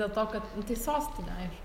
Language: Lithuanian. dėl to kad tai sostinė aišku